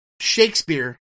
Shakespeare